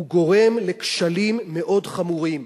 הוא גורם לכשלים מאוד חמורים.